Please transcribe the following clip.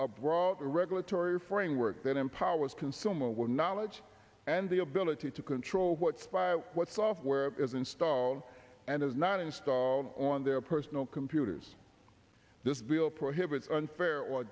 a broad regulatory framework that empowers consumer will knowledge and the ability to control what file what software is installed and is not installed on their personal computers this bill prohibits unfair or